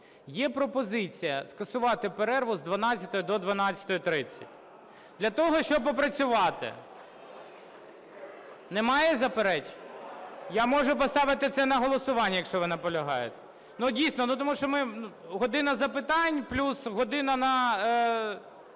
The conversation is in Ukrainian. Є пропозиція скасувати перерву з 12 до 12:30 для того, щоб попрацювати. Немає заперечень? Я можу поставити це на голосування, якщо ви наполягаєте. Ну, дійсно, ну, тому що ми... година запитань плюс година на...